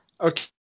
Okay